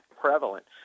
prevalent